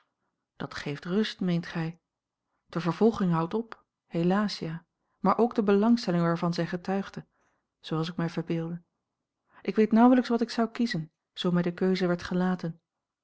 dat geeft rust meent gij de vervolging houdt op helaas ja maar ook de belangstelling waarvan zij getuigde zooals ik mij verbeeldde ik weet nauwelijks wat ik zou kiezen zoo mij de keuze werd gelaten